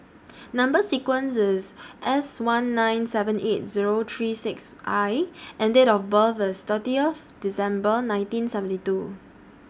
Number sequence IS S one nine seven eight Zero three six I and Date of birth IS thirtieth December nineteen seventy two